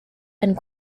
and